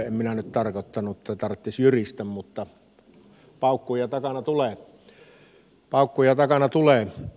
en minä nyt tarkoittanut että tarttis jyristä mutta paukkuja takana tulee